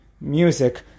music